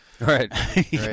Right